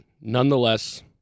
nonetheless